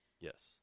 Yes